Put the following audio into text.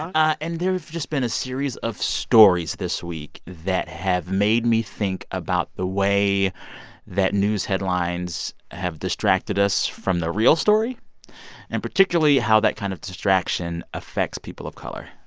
um and there have just been a series of stories this week that have made me think about the way that news headlines have distracted us from the real story and particularly how that kind of distraction affects people of color.